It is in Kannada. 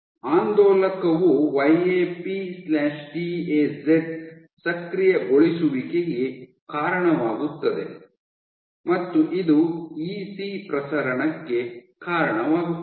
ಆಂದೋಲಕವು Y A P T A Z ಸಕ್ರಿಯಗೊಳಿಸುವಿಕೆಗೆ ಕಾರಣವಾಗುತ್ತದೆ ಮತ್ತು ಇದು ಇಸಿ ಪ್ರಸರಣಕ್ಕೆ ಕಾರಣವಾಗುತ್ತದೆ